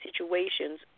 situations